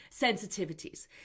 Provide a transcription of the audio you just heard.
sensitivities